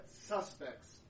suspects